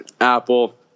apple